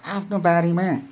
आफ्नो बारीमा